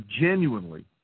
genuinely